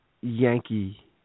Yankee